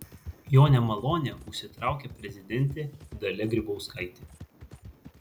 jo nemalonę užsitraukė prezidentė dalia grybauskaitė